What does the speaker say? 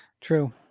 True